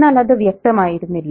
എന്നാൽ അത് വ്യക്തമായിരുന്നില്ല